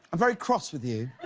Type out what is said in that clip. very cross with you.